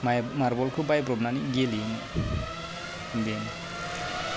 माइ मार्बलखौ बायब्र'बनानै गेलेयोमोन बेनो